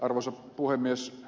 arvoisa puhemies